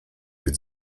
być